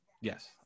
Yes